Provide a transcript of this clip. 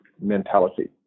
mentality